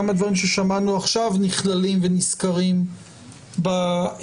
גם הדברים ששמענו עכשיו נכללים ונזכרים בדברים.